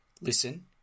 Listen